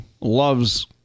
loves